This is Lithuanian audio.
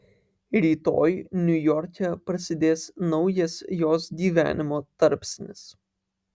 rytoj niujorke prasidės naujas jos gyvenimo tarpsnis